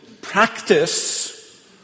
practice